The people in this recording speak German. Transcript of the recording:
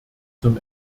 zum